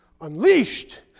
unleashed